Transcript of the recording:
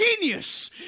genius